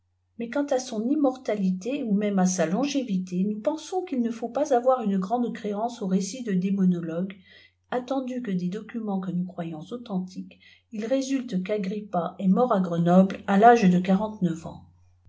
mais quant à son immortalité ou même à sa longévité nous pensons qu'il ne faut pas avoir une grande créance aux récits des démonologues attendu que des documents que nous croyons authentiques il résulte qu'agrippa est mort à grenoble à l'âge de quarante-neuf ans